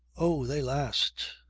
oh, they last!